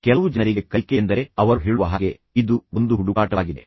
ಕೆಲವು ಜನರಿಗೆ ಕಲಿಕೆ ಎಂದರೆ ಅವರು ಹೇಳುವ ಹಾಗೆ ಇದು ಒಂದು ಹುಡುಕಾಟವಾಗಿದೆ